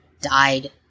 died